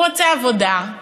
הוא רוצה עבודה,